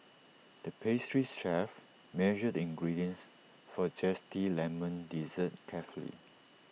the pastries chef measured the ingredients for A Zesty Lemon Dessert carefully